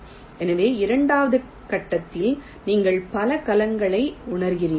எனவே இரண்டாவது கட்டத்தில் நீங்கள் பல கலங்களை உணர்கிறீர்கள்